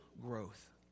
growth